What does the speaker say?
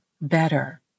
better